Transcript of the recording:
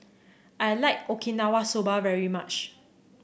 I like Okinawa Soba very much